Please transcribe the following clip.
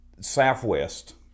Southwest